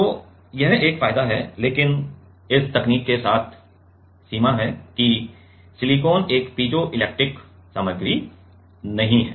तो यह एक फायदा है लेकिन इस तकनीक के साथ सीमा है कि सिलिकॉन एक पीजोइलेक्ट्रिक सामग्री नहीं है